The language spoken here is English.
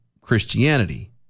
Christianity